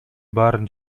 баарын